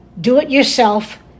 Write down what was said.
do-it-yourself